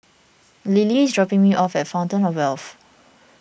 Lily is dropping me off at Fountain of Wealth